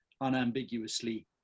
unambiguously